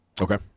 Okay